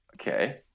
okay